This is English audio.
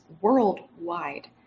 worldwide